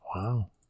Wow